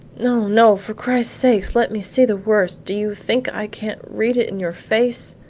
no, no for christ's sake let me see the worst do you think i can't read it in your face?